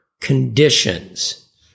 conditions